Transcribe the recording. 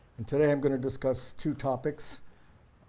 and today i'm going to discuss two topics,